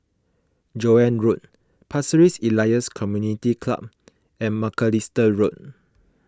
Joan Road Pasir Ris Elias Community Club and Macalister Road